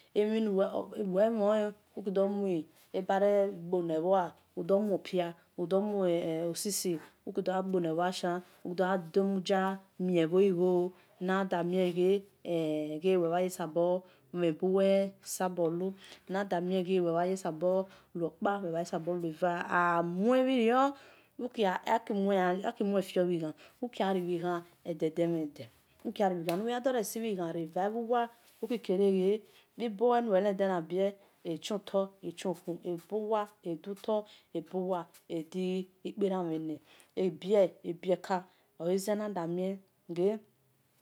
Inel mholen uki dor mue ebare gbole-bho-a ror muo pia udo muo sisi uki do gha gbole bhoa shian gha dio-ga mio ebho egho na da mie ghe wel mha sbor mie ba sabor lu inel bha saba luo kpa wel bha bha sabo lue va aruo bhi rio aki mue bhe ghan uki gha riobhe gha ede-de mhe de uki gha loya nume na ki sibhe ran va gha du wa uki kere ghe iboe nu we len de nabio ekio tor eto khu ebu wa-edo toi ebu wa edi ukpo uran mhe ne̠ ebie ebie ka olese nada mie ghe.